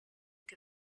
que